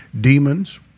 Demons